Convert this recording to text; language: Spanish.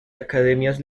academias